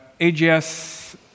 AGS